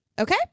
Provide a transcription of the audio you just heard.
okay